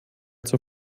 zur